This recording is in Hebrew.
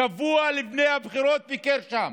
שבוע לפני הבחירות ביקר שם,